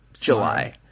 July